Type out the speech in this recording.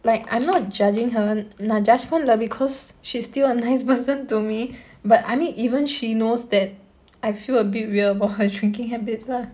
like I'm not judging her நா:naa judge பன்னல:pannala because she's still a nice person to me but I mean even she knows that I feel a bit weird about her drinking habits lah